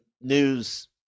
news